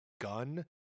gun